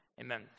amen